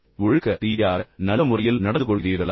நீங்கள் ஒழுக்க ரீதியாக நல்ல முறையில் நடந்துகொள்கிறீர்களா